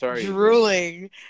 drooling